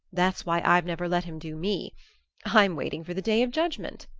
that's why i've never let him do me i'm waiting for the day of judgment,